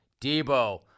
Debo